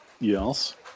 Yes